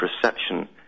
perception